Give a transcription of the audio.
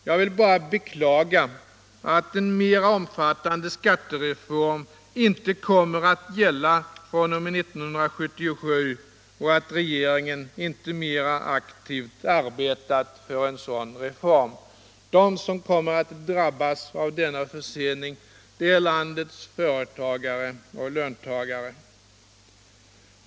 Jag vill bara beklaga att en mer omfattande skattereform inte kommer att gälla fr.o.m. 1977 och att regeringen inte mera aktivt arbetat för en sådan reform. De som kommer att drabbas av denna försening är landets företagare och löntagare.